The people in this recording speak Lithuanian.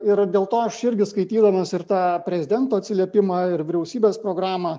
ir dėl to aš irgi skaitydamas ir tą prezidento atsiliepimą ir vyriausybės programą